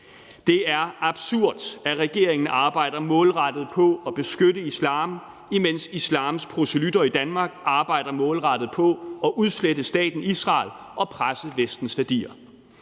Det er absurd, at regeringen arbejder målrettet på at beskytte islam, imens islams proselytter i Danmark arbejder målrettet på at udslette staten Israel og presse Vestens værdier.